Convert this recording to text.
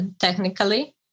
technically